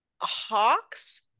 Hawk's